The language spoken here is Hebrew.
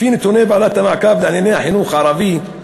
לפי נתוני ועדת המעקב לענייני החינוך הערבי,